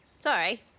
sorry